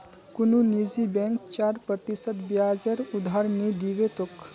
कुनु निजी बैंक चार प्रतिशत ब्याजेर उधार नि दीबे तोक